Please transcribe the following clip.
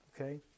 Okay